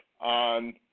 on